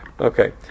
Okay